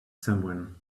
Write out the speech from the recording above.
someone